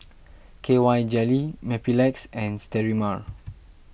K Y Jelly Mepilex and Sterimar